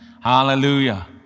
Hallelujah